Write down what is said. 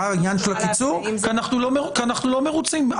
כי אנחנו לא מרוצים.